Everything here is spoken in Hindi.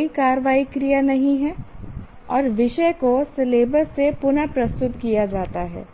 कोई कार्रवाई क्रिया नहीं है और विषय को सिलेबस से पुन प्रस्तुत किया जाता है